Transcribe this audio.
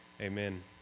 Amen